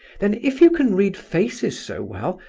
then if you can read faces so well,